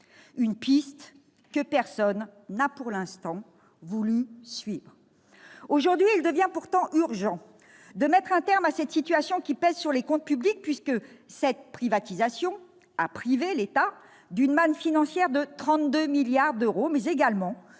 une piste que personne n'a pour l'instant voulu suivre. Aujourd'hui, il devient pourtant urgent de mettre un terme à cette situation, qui pèse non seulement sur les comptes publics puisque cette privatisation a privé l'État d'une manne financière de 32 milliards d'euros, mais également